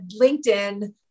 LinkedIn